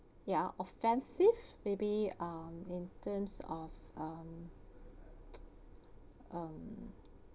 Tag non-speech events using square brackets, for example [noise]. ya offensive maybe um in terms of um [noise] um